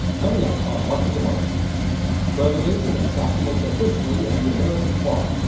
coming up on market to market preservationists document the history of the american farm,